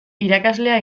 irakaslea